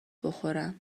بخورم